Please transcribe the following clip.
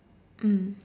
mm